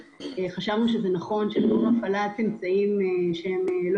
וחשבנו שזה נכון שלאור הפעלת אמצעים שהם לא